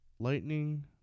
Lightning